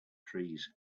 trees